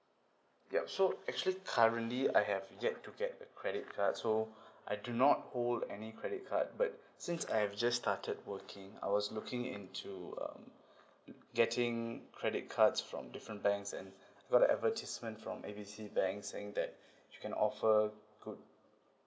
yup so actually currently I have yet to get a credit card so I do not hold any credit card but since I've just started working I was looking into um getting credit cards from different banks and got the advertisement from A B C bank saying that you can offer good